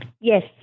Yes